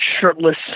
shirtless